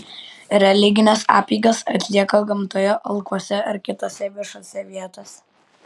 religines apeigas atlieka gamtoje alkuose ar kitose viešose vietose